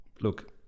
look